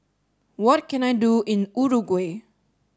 what can I do in Uruguay